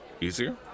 Easier